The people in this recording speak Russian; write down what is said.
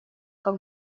как